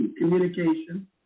communication